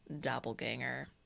doppelganger